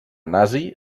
nazi